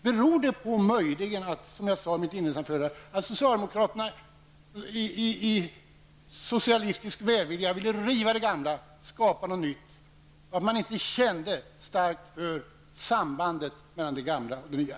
Beror det möjligen på, som jag sade i mitt inledningsanförande, att socialdemokraterna i socialistisk välvilja ville riva det gamla för att skapa något nytt och att man inte kände starkt för sambandet mellan det gamla och det nya?